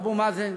אבו מאזן,